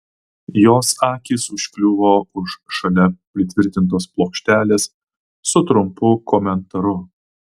jos akys užkliuvo už šalia pritvirtintos plokštelės su trumpu komentaru